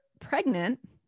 pregnant